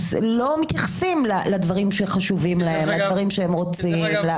לא מתייחסים לדברים שחשובים להם ולדברים שהם רוצים.